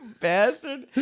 bastard